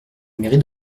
mairie